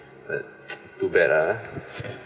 but too bad uh